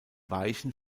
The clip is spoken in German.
weichen